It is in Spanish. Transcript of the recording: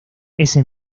ese